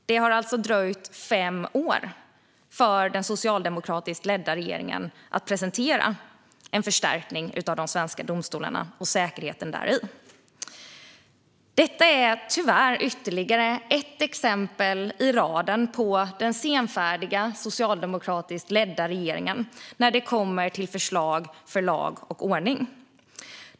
Det har alltså dröjt fem år för den socialdemokratiskt ledda regeringen att presentera en förstärkning av de svenska domstolarna och säkerheten däri. Detta är tyvärr ytterligare ett exempel i raden på den socialdemokratiskt ledda regeringens senfärdighet när det gäller förslag för lag och ordning.